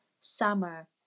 Summer